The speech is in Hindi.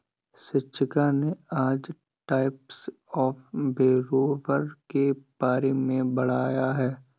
शिक्षिका ने आज टाइप्स ऑफ़ बोरोवर के बारे में पढ़ाया है